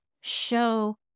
show